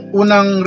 unang